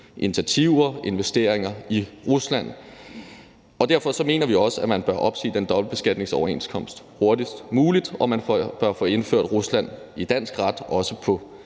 initiativer og investeringer i Rusland. Derfor mener vi også, at man bør opsige den dobbeltbeskatningsoverenskomst hurtigst muligt, og at man i dansk ret også